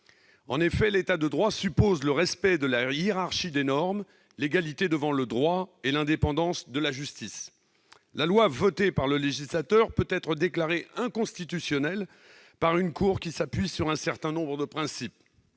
En effet, l'État de droit suppose le respect de la hiérarchie des normes, l'égalité devant le droit et l'indépendance de la justice. La loi votée par le législateur peut être déclarée inconstitutionnelle par une cour qui s'appuie sur un certain nombre de principes.